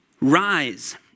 rise